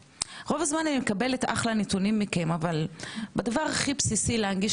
אבל בדבר הכי בסיסי להנגיש לעובדים את המידע הזה.